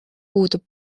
puudub